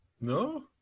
No